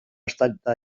estalita